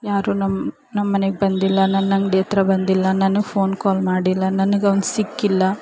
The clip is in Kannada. ಯಾರೂ ನಮ್ಮ ನಮ್ಮ ಮನೆಗ್ ಬಂದಿಲ್ಲ ನನ್ನ ಅಂಗ್ಡಿಯ ಹತ್ರ ಬಂದಿಲ್ಲ ನನಗೆ ಫೋನ್ ಕಾಲ್ ಮಾಡಿಲ್ಲ ನನಗೆ ಅವ್ನು ಸಿಕ್ಕಿಲ್ಲ